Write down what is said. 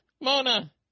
Mona